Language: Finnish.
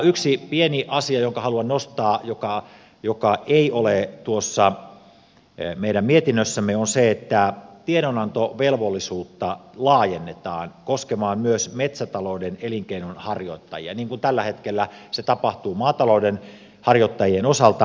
yksi pieni asia jonka haluan nostaa joka ei ole tuossa meidän mietinnössämme on se että tiedonantovelvollisuus laajennetaan koskemaan myös metsätalouden elinkeinonharjoittajia niin kuin tällä hetkellä se tapahtuu maatalouden harjoittajien osalta